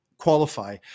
qualify